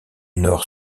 nord